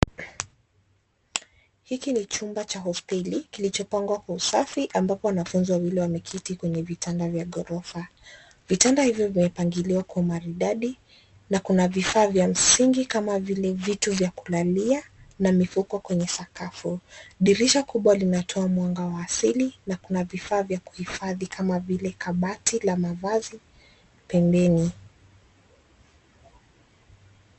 Hiki ni chumba cha hosteli kilichopangwa kwa usafi ambapo wanafunzi wawili wameketi kwenye vitanda vya ghorofa. Vitanda hivyo vimepangiliwa kwa maridadi na kuna vifaa vya msingi kama vile vitu vya kulalia na mifuko kwenye sakafu. Dirisha kubwa linatoa mwanga wa asili na kuna vifaa vya kuhifadhi kama vile kabati la mavazi pembeni.